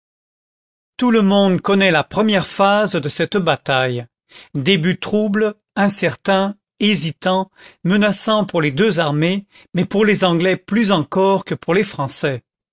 tout le monde connaît la première phase de cette bataille début trouble incertain hésitant menaçant pour les deux armées mais pour les anglais plus encore que pour les français